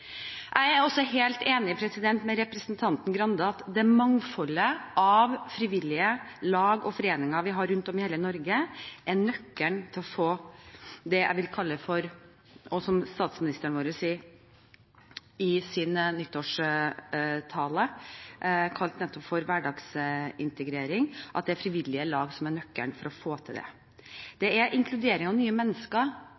Jeg er også helt enig med representanten Grande i at det mangfoldet av frivillige lag og foreninger vi har rundt om i hele Norge, er nøkkelen til å få til det jeg vil kalle «hverdagsintegrering», som også statsministeren kalte det i sin nyttårstale, og at det er frivillige lag som er nøkkelen til å få til det. Det er inkluderingen av nye mennesker, som skjer utenfor de